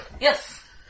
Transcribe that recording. yes